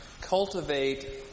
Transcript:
cultivate